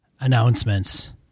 Announcements